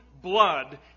blood